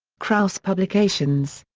krause publications.